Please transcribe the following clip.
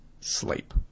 sleep